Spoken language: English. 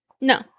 No